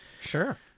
sure